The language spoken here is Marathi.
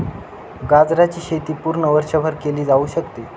गाजराची शेती पूर्ण वर्षभर केली जाऊ शकते